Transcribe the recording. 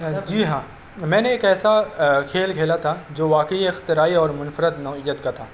جی ہاں میں نے ایک ایسا کھیل کھیلا تھا جو واقعی اختراعی اور منفرد نوعیت کا تھا